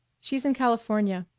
she's in california.